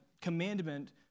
commandment